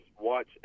watch